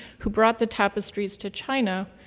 who brought the tapestries to china,